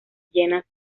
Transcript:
llena